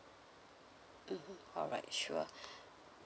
mmhmm alright sure